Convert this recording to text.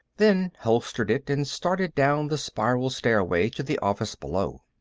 then holstered it and started down the spiral stairway to the office below.